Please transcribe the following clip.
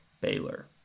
Baylor